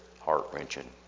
heart-wrenching